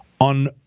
on